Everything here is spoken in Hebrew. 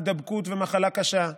הידבקות ומחלה קשה.